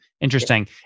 Interesting